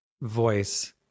voice